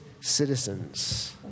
citizens